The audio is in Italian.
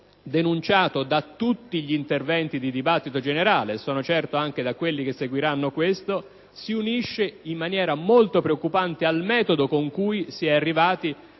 denunciato da tutti gli interventi in discussione generale e, sono certo, anche da quelli che seguiranno questo, si unisce in maniera molto preoccupante al metodo con cui si è arrivati